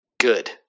Good